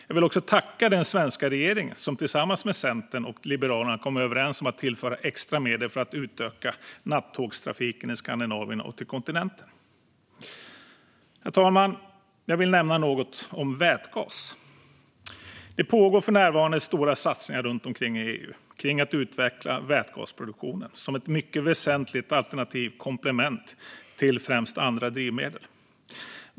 Jag vill tacka den svenska regeringen, som tillsammans med Centern och Liberalerna kommit överens om att tillföra extra medel för att utöka nattågstrafiken i Skandinavien och till kontinenten. Herr talman! Jag vill nämna något om vätgas. Det pågår för närvarande stora satsningar runt omkring i EU för att utveckla vätgasproduktionen som ett mycket väsentligt alternativ eller komplement till främst andra drivmedel.